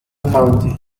county